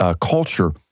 culture